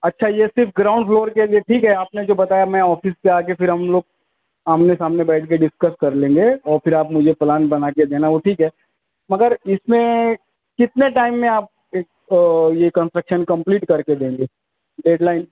اچھا یہ صرف گراؤنڈ فلور کے لیے ٹھیک ہے آپ نے جو بتایا میں آفس سے آ کے پھر ہم لوگ آمنے سامنے بیٹھ کے ڈسکس کر لیں گے اور پھر آپ مجھے پلان بنا کے دینا وہ ٹھیک ہے مگر اس میں کتنے ٹائم میں آپ یہ کنسٹرکشن کمپلیٹ کر کے دیں گے ڈیڈ لائن